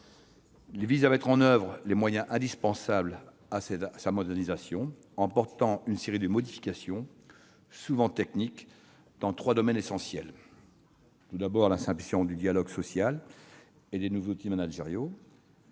Il vise à mettre en oeuvre les moyens indispensables à sa modernisation, en portant une série de modifications, souvent techniques, dans trois domaines essentiels : tout d'abord, la simplification du dialogue social et les nouveaux outils managériaux